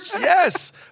Yes